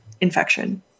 infection